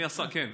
כן.